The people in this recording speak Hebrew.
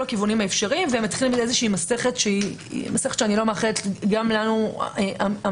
הכיוונים האפשריים והם מתחילים מסכת שאני לא מאחלת גם לנו המבוגרים.